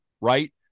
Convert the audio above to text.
right